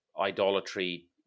idolatry